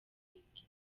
politiki